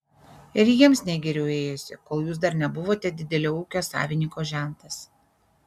ir jiems ne geriau ėjosi kol jūs dar nebuvote didelio ūkio savininko žentas